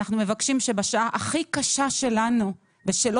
ואנחנו מבקשים שבשעה הכי קשה שלנו ושלא